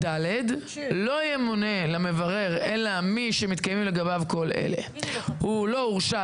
(ד)לא ימונה למברר אלא מי שמתקיימים לגביו כל אלה: (1)הוא לא הורשע